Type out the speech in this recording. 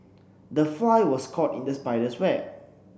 the fly was caught in the spider's web